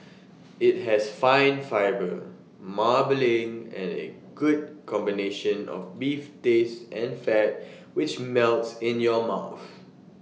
IT has fine fibre marbling and A good combination of beef taste and fat which melts in your mouth